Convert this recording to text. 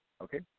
Okay